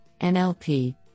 NLP